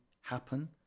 happen